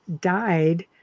died